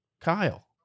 Kyle